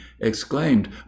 exclaimed